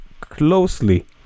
closely